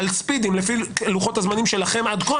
ספידים לפי לוחות הזמנים שלכם עד כה,